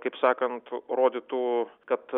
kaip sakant rodytų kad